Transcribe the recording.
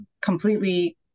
completely